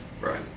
Right